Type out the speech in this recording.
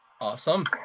Awesome